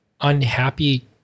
unhappy